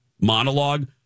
monologue